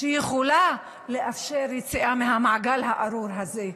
שיכולה לאפשר יציאה מהמעגל הארור הזה.